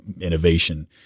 innovation